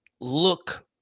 look